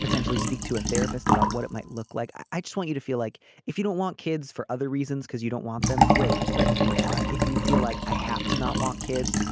potentially speak to a therapist about what it might look like. i just want you to feel like if you don't want kids for other reasons because you don't want them great. but if you feel like i have to not want kids